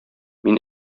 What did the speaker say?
мин